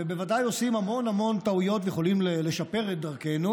ובוודאי עושים המון המון טעויות ויכולים לשפר את דרכנו.